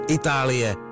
Itálie